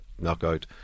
knockout